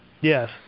Yes